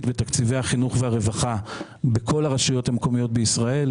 בתקציבי החינוך והרווחה בכל הרשויות המקומיות בישראל.